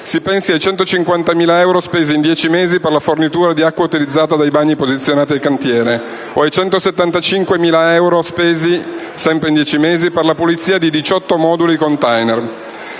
Si pensi ai 150.000 euro spesi in dieci mesi per la fornitura dell'acqua utilizzata dai bagni posizionati al cantiere o ai 175.000 euro spesi, sempre in dieci mesi, per la pulizia di 18 moduli *container*